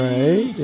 Right